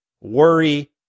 worry